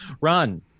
run